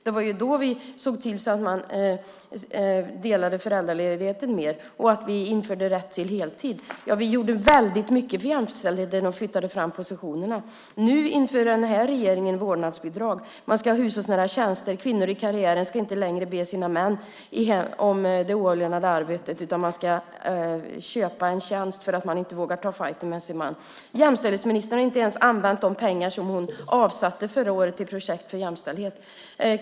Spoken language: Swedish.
Det var då vi såg till att föräldraledigheten delades mer, och vi införde rätt till heltid. Vi gjorde väldigt mycket för jämställdheten och flyttade fram positionerna. Nu inför den här regeringen vårdnadsbidrag. Man ska ha hushållsnära tjänster. Kvinnor i karriären ska inte längre be sina män om det oavlönade arbetet, utan man ska köpa en tjänst för att man inte vågar ta fajten med sin man. Jämställdhetsministern har inte ens använt de pengar som hon avsatte förra året till projekt för jämställdhet.